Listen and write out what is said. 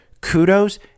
kudos